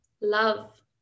love